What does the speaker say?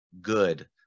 good